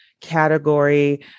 category